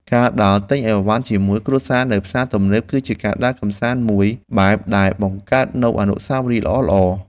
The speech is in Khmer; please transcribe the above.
ការដើរទិញអីវ៉ាន់ជាមួយគ្រួសារនៅផ្សារទំនើបគឺជាការដើរកម្សាន្តមួយបែបដែលបង្កើតនូវអនុស្សាវរីយ៍ល្អៗ។